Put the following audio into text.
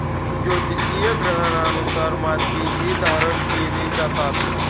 ज्योतिषीय ग्रहांनुसार मोतीही धारण केले जातात